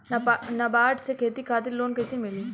नाबार्ड से खेती खातिर लोन कइसे मिली?